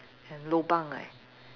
and lobang right